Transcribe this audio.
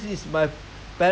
I don't they don't